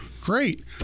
great